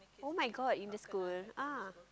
[oh]-my-god in the school ah